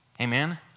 Amen